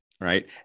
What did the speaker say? Right